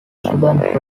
student